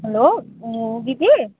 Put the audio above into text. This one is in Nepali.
हेलो दिदी